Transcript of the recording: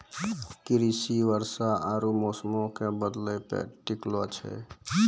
कृषि वर्षा आरु मौसमो के बदलै पे टिकलो छै